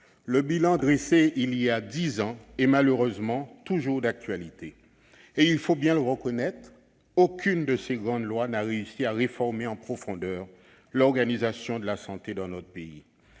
Le bilan dressé voilà dix ans est malheureusement toujours d'actualité. Il faut bien le reconnaître, aucune de ces grandes lois n'a réussi à réformer en profondeur l'organisation de la santé dans notre pays,